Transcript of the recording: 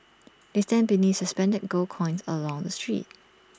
they stand beneath suspended gold coins along the street